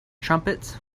trumpets